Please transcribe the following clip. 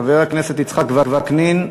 חבר הכנסת יצחק וקנין,